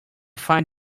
find